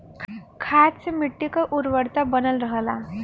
खाद से मट्टी क उर्वरता बनल रहला